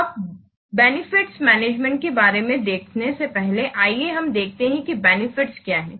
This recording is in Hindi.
अब बेनिफिट्स मैनेजमेंट के बारे में देखने से पहले आइए हम देखें कि बेनिफिट्स क्या है